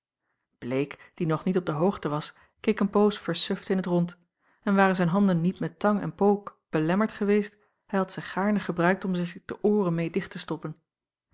bleek die nog niet op de hoogte was keek een poos versuft in t rond en waren zijn handen niet met tang en pook belemmerd geweest hij had ze gaarne gebruikt om er zich de ooren meê dicht te stoppen